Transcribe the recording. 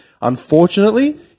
unfortunately